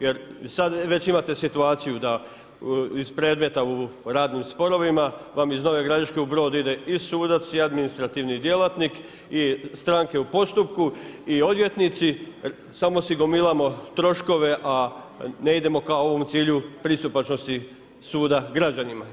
Jer sada već imate situaciju da iz predmeta o radnim sporovima vam iz Nove Gradiške u Brod ide i sudac i administrativni djelatnik i stranke u postupku i odvjetnici, samo si gomilamo troškove a ne idemo ka ovom cilju pristupačnosti suda građanima.